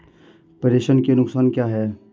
प्रेषण के नुकसान क्या हैं?